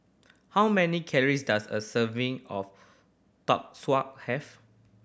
how many calories does a serving of Tonkatsu have